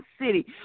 city